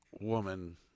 woman